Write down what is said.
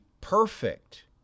perfect